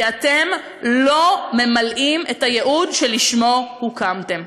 כי אתם לא ממלאים את הייעוד שלשמו הוקמתם.